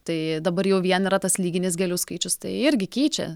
tai dabar jau vien yra tas lyginis gėlių skaičius tai irgi keičia